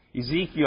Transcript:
Ezekiel